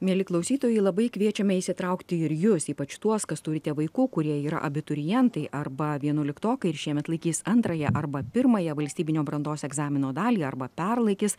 mieli klausytojai labai kviečiame įsitraukti ir jus ypač tuos kas turite vaikų kurie yra abiturientai arba vienuoliktokai ir šiemet laikys antrąją arba pirmąją valstybinio brandos egzamino dalį arba perlaikys